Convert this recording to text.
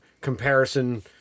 comparison